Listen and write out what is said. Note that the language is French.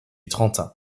trentin